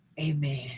amen